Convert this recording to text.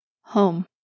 Home